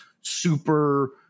super